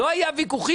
לא היו ויכוחים.